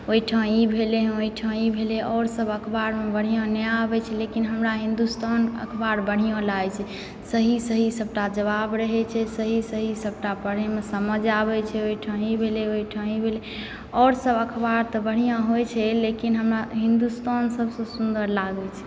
ओहिठाम ई भेलय हँ ओहिठाम ई भेलय हँ आओर सभ अखबारमे बढ़िआँ नहि आबैत छै लेकिन हमरा हिन्दुस्तान अखबार बढ़िआँ लागैत छै सही सही सभटा जवाब रहैत छै सही सही सभटा पढ़यमे समझ आबे छै ओहिठाम ई भेलय ओहिठाम ई भेलय आओर सभ अखबार तऽ बढ़िआँ होइत छै लेकिन हमरा हिन्दुस्तान सभसँ सुन्दर लागैत छै